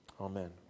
Amen